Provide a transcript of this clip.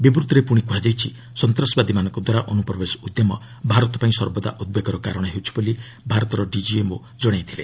ବିବୃତ୍ତିରେ ପୁଣି କୁହାଯାଇଛି ସନ୍ତାସବାଦୀମାନଙ୍କଦ୍ୱାରା ଅନୁପ୍ରବେଶ ଉଦ୍ୟମ ଭାରତପାଇଁ ସର୍ବଦା ଉଦ୍ବେଗର କାରଣ ହେଉଛି ବୋଲି ଭାରତର ଡିଜିଏମ୍ଓ ଜଣାଇଥିଲେ